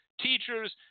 teachers